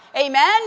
Amen